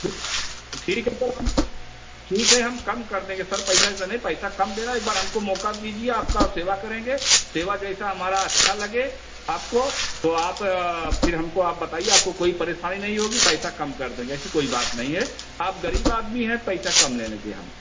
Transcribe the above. ठीक ठीक है तो हम ठीक है हम कम कर देंगे सर पैसा उइसा नहीं पैसा कम देना एक बार हमको मौक़ा दीजिए आपकी सेवा करेंगे सेवा जैसी हमारी अच्छी लगे आपको तो आप फिर हमको आप बताइए आपको कोई परेशानी नहीं होगी पैसा कम कर देंगे ऐसी कोई बात नहीं है आप ग़रीब आदमी हैं पैसा कम ले लेंगे हम